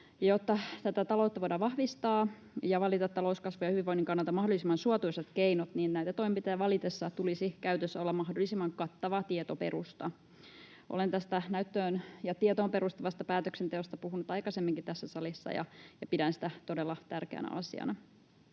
Jotta taloutta voidaan vahvistaa ja valita talouskasvun ja hyvinvoinnin kannalta mahdollisimman suotuisat keinot, niin näitä toimenpiteitä valitessa tulisi käytössä olla mahdollisimman kattava tietoperusta. Olen tästä näyttöön ja tietoon perustuvasta päätöksenteosta puhunut aikaisemminkin tässä salissa ja pidän sitä todella tärkeänä asiana.